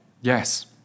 Yes